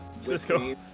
Cisco